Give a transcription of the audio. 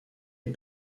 est